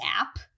app